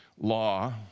law